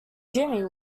jimmy